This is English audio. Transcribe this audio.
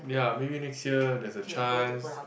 ya maybe next year there's a chance